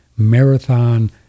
marathon